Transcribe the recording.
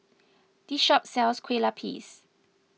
this shop sells Kueh Lapis